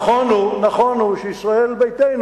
נכון הוא שישראל ביתנו,